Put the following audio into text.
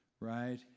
right